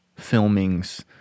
filmings